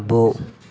అబ్బో